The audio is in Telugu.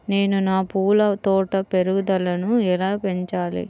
నేను నా పూల తోట పెరుగుదలను ఎలా పెంచాలి?